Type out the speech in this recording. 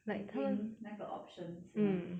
between 那个 options 是 mah